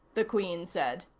the queen said.